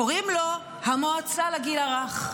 קוראים לו המועצה לגיל הרך,